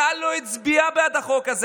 כלל לא הצביעה בעד החוק הזה.